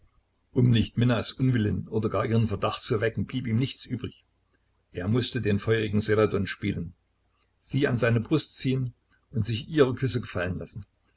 um nicht minnas unwillen oder gar ihren verdacht zu erwecken blieb ihm nichts übrig er mußte den feurigen seladon spielen sie an seine brust ziehen und sich ihre küsse gefallen lassen